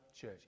church